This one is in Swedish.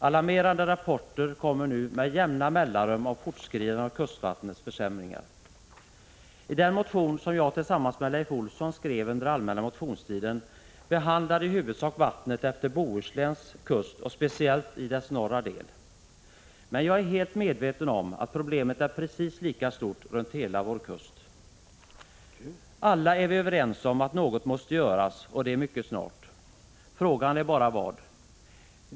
Alarmerande rapporter kommer nu med jämna mellanrum om fortskridandet av kustvattnets försämringar. Den motion som jag tillsammans med Leif Olsson skrev under allmänna motionstiden handlade i huvudsak om vattnet efter Bohusläns kust och speciellt i dess norra del. Men jag är helt medveten om att problemen är precis lika stora runt hela vår kust. Alla är vi överens om att något måste göras och det mycket snart. Frågan är bara vad.